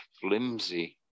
flimsy